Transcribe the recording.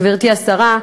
גברתי השרה,